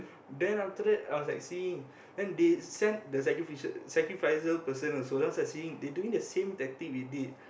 then after that I was like seeing when they send the sacrificial sacrificer person also then I was like seeing they doing the same tactic we did